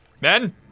Men